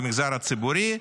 במגזר הציבורי,